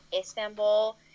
Istanbul